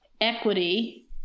equity